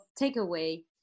takeaway